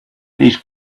these